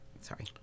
sorry